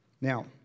Now